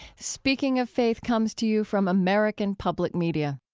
speaking of faith comes to you from american public media